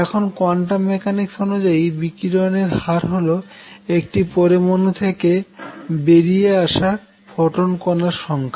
এখন quantum mechanics অনুযায়ী বিকিরণের হার হল একটি পরমানু থেকে বেরিয়ে আসা ফোটন কনার সংখ্যা